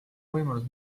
võimalus